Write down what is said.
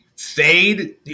Fade